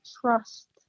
trust